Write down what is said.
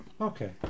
Okay